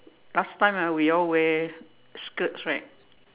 last time ah we all wear skirts right